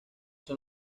son